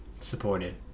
supported